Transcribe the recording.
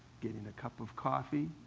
getting a cup of coffee,